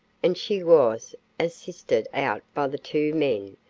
and she was assisted out by the two men,